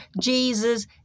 Jesus